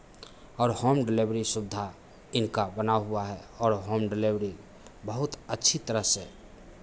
और home delivery सुविधा इनका बना हुआ है और होम डिलिवरी बहुत अच्छी तरह से